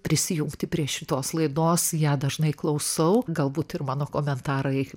prisijungti prie šitos laidos ją dažnai klausau galbūt ir mano komentarai